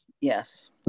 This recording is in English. Yes